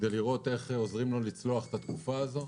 כדי לראות איך עוזרים לו לצלוח את התקופה הזו,